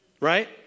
right